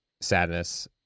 sadness